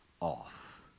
off